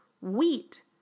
Wheat